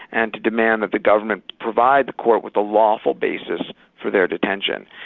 and to demand that the government provide the court with a lawful basis for their detention.